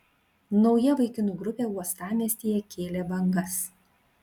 nauja vaikinų grupė uostamiestyje kėlė bangas